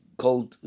called